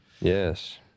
Yes